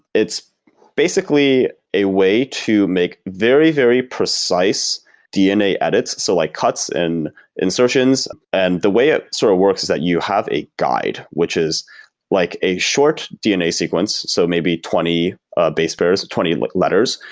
it's basically a way to make very, very precise dna edits, so like cuts and insertions and the way it sort of works is that you have a guide, which is like a short dna sequence, so maybe twenty ah base pairs, or twenty like letters,